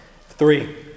Three